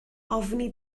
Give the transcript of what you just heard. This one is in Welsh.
ofni